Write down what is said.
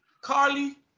Carly